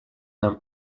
нам